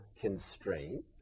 constraint